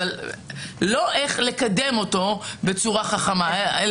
לא איך לקדם אותו בצורה חכמה.